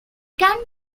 can